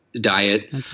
diet